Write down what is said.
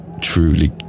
truly